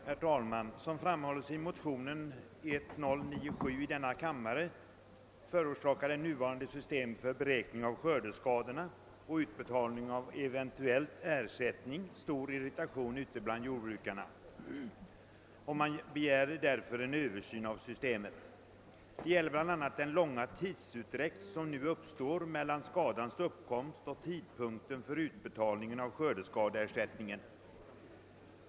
Herr talman! Som framhålles i motion II:1097 förorsakar det nuvarande systemet för beräkning av skördeskador och utbetalning av eventuell ersättning stor irritation bland jordbrukarna. Man begär därför en översyn av systemet. Det gäller bl.a. den långa tidsutdräkt som nu uppstår mellan skadans uppkomst och tidpunkten för utbetalning av skördeskadeersättningen.